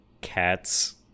cats